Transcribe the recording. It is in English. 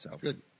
good